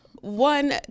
One